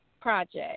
project